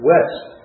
West